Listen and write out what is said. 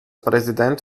präsident